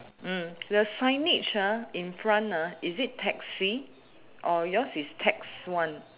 mm the signage ah in front uh is it taxi or yours is tax one